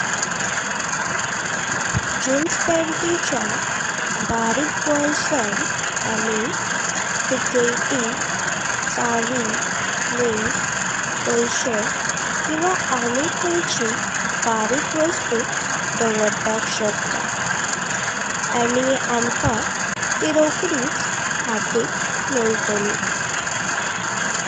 Jeans पेंटिच्या बारिक बोलसात आमि टिकेति, चावी, लायस, पैसे किवा आणी ख्यची बारिक वस्तु दावरपाक शकतां आणी आमका ती रोकडिच हातिक मेटली।